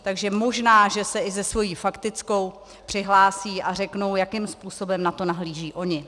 Takže možná, že se i se svou faktickou přihlásí a řeknou, jakým způsobem na to nahlížejí oni.